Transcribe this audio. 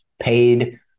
paid